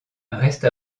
reste